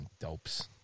dopes